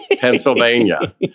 Pennsylvania